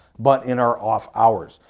but in our off hours.